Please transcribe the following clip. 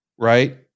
right